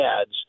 ads